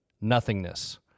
nothingness